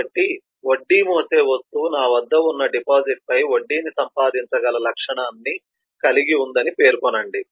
కాబట్టి వడ్డీ మోసే వస్తువు నా వద్ద ఉన్న డిపాజిట్పై వడ్డీని సంపాదించగల లక్షణంని కలిగి ఉందని పేర్కొంది